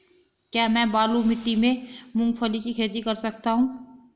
क्या मैं बालू मिट्टी में मूंगफली की खेती कर सकता हूँ?